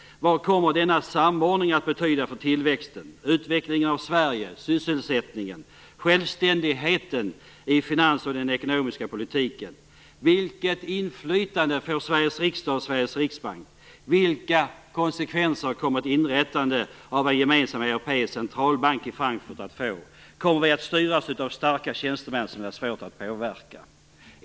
Vad kommer denna samordning att betyda för tillväxten, utvecklingen av Sverige, sysselsättningen och självständigheten i finanspolitiken och den ekonomiska politiken? Vilket inflytande får Sverige riksdag och Sveriges riksbank? Vilka konsekvenser kommer ett inrättande av en gemensam europeisk centralbank i Frankfurt att få? Kommer vi att styras av starka tjänstemän som det är svårt att påverka?